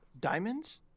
Diamonds